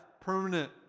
permanent